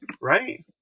right